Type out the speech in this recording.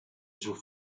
sul